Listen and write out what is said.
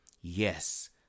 yes